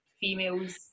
females